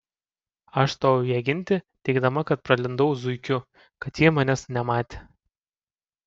aš stojau ją ginti teigdama kad pralindau zuikiu kad jį manęs nematė